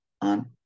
on